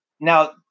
now